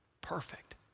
Perfect